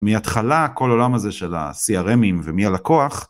מהתחלה, כל העולם הזה של ה-CRMים ומי הלקוח.